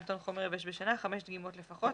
טון חומר יבש בשנה - חמש דגימות לפחות,